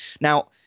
Now